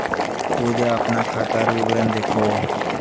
पूजा अपना खातार विवरण दखोह